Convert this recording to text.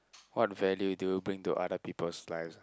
what value do you bring to other people's life ah